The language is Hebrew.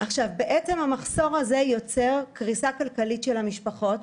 בעצם המחסור הזה יוצר קריסה כלכלית של המשפחות,